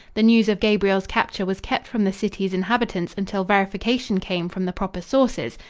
the news of gabriel's capture was kept from the city's inhabitants until verification came from the proper sources,